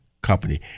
company